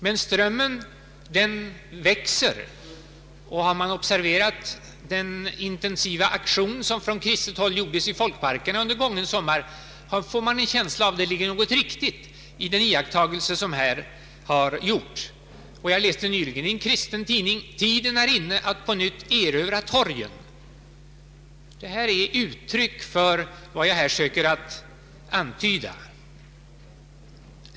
Men strömmen växer, och har man observerat den intensiva aktion som från kristet håll gjordes i folkparkerna under gången sommar, får man en känsla av att det ligger någonting riktigt i den iakttagelse som här har gjorts. Jag läste nyligen i en kristen tidning: ”Tiden är inne att på nytt erövra torgen.” Detta är uttryck för vad jag här söker att antyda.